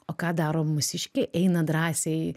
o ką daro mūsiškiai eina drąsiai